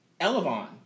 Elevon